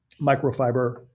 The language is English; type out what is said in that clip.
microfiber